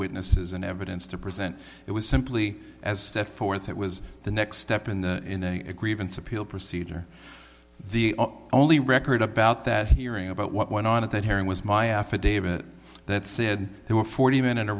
witnesses and evidence to present it was simply as step forth it was the next step in a grievance appeal procedure the only record about that hearing about what went on at that hearing was my affidavit that said there were forty minute a